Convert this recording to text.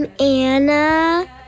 Anna